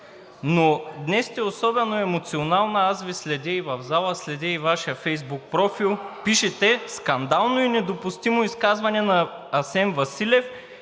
Но днес сте особено емоционална. Аз Ви следя и в залата, следя и Вашия Фейсбук профил, пишете: „Скандално и недопустимо изказване на Асен Василев“